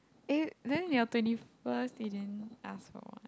eh then your twenty first is in ask for what